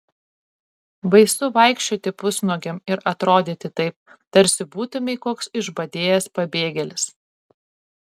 baisu vaikščioti pusnuogiam ir atrodyti taip tarsi būtumei koks išbadėjęs pabėgėlis